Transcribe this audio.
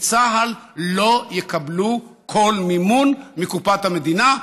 צה"ל לא יקבלו כל מימון מקופת המדינה.